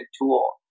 tool